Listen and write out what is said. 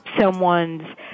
someone's